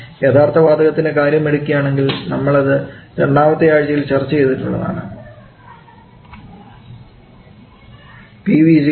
യഥാർത്ഥ വാതകത്തിൻറെ കാര്യമെടുക്കുകയാണെങ്കിൽ നമ്മളത് രണ്ടാമത്തെ ആഴ്ചയിൽ ചർച്ച ചെയ്തിട്ടുള്ളതാണ് ആണ്